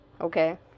okay